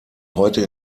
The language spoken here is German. heute